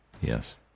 Yes